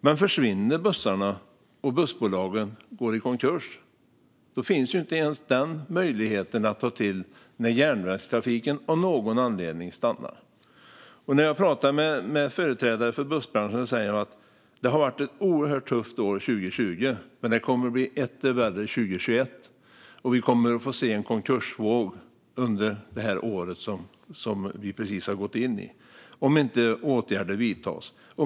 Men försvinner bussarna och bussbolagen går i konkurs finns inte ens den möjligheten att ta till när järnvägstrafiken av någon anledning stannar. När jag pratar med företrädare för bussbranschen säger de att 2020 har varit ett oerhört tufft år men att det kommer att bli etter värre 2021. Vi kommer att få se en konkursvåg under det år som vi precis har gått in i om inte åtgärder vidtas.